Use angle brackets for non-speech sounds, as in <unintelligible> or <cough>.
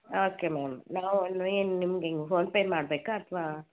okay ma'am ನಾವು <unintelligible> ನಿಮ್ಗೆ ಹೆಂಗೆ ಫೋನ್ ಪೇ ಮಾಡಬೇಕಾ ಅಥವಾ